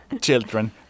Children